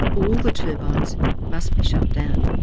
all the turbines must be shut down.